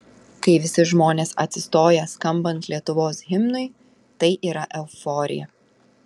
kai visi žmonės atsistoja skambant lietuvos himnui tai yra euforija